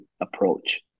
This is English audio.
approach